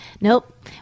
nope